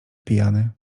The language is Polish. pijany